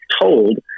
told